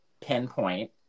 pinpoint